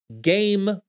game